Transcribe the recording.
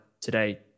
today